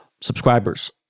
subscribers